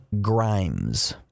Grimes